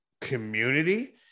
community